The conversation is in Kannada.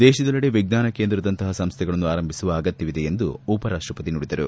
ದೇಶದಲ್ಲೆಡೆ ವಿಜ್ವಾನ ಕೇಂದ್ರದಂತಹ ಸಂಸ್ಥೆಗಳನ್ನು ಆರಂಭಿಸುವ ಅಗತ್ಭವಿದೆ ಎಂದು ಉಪ ರಾಷ್ಟಪತಿ ನುಡಿದರು